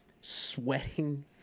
sweating